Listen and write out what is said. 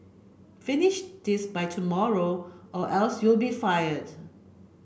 finish this by tomorrow or else you'll be fired